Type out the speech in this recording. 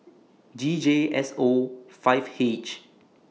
G J S O five H